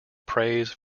praise